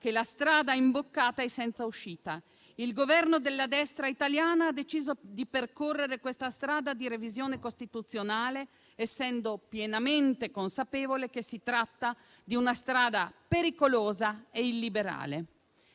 che la strada imboccata è senza uscita. Il Governo della destra italiana ha deciso di percorrere la strada di revisione costituzionale, essendo pienamente consapevole che si tratta di una strada pericolosa e illiberale.